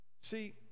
See